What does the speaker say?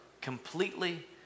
completely